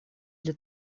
для